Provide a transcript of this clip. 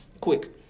quick